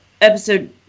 episode